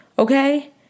Okay